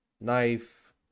knife